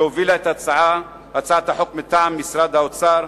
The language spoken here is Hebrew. שהובילה את הצעת החוק מטעם משרד האוצר,